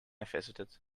visited